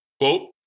Quote